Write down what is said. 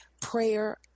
prayer